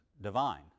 divine